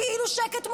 כאילו שקט מוחלט.